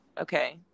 Okay